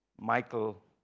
Michael